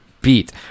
Beat